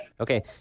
Okay